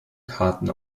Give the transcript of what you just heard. karten